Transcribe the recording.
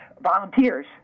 volunteers